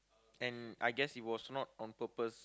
and I guess it was not on purpose